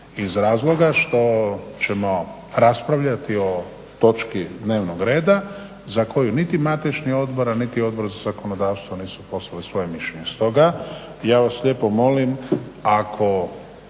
iz razloga što ćemo raspravljati o točki dnevnog reda za koju niti matični odbor, a niti Odbor za zakonodavstvo nisu poslali svoje mišljenje.